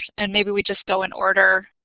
and maybe we just go in order.